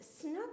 snuck